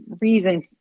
reason